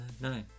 No